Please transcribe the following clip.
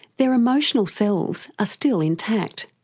their emotional selves are still intact.